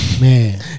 Man